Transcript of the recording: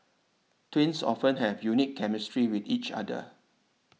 twins often have a unique chemistry with each other